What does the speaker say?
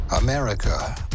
America